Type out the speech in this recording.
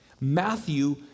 Matthew